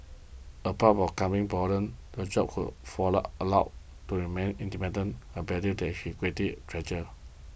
apart curbing boredom the job allow to remain independent a value that he greatly treasured